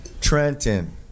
Trenton